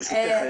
ברשותך,